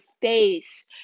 face